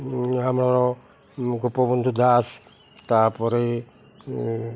ଆମର ଗୋପବନ୍ଧୁ ଦାସ ତା'ପରେ